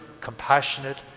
compassionate